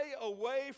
away